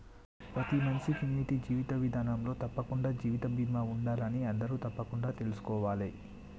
ప్రతి మనిషికీ నేటి జీవన విధానంలో తప్పకుండా జీవిత బీమా ఉండాలని అందరూ తప్పకుండా తెల్సుకోవాలే